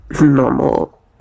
normal